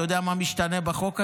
אתה יודע מה משתנה בחוק הזה?